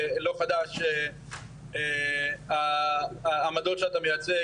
זה לא חדש העמדות שאתה מייצג,